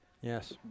Yes